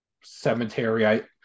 cemetery